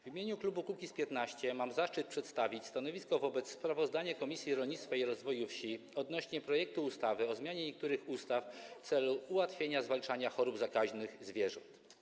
W imieniu klubu Kukiz’15 mam zaszczyt przedstawić stanowisko wobec sprawozdania Komisji Rolnictwa i Rozwoju Wsi odnośnie do projektu ustawy o zmianie niektórych ustaw w celu ułatwienia zwalczania chorób zakaźnych zwierząt.